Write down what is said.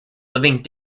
living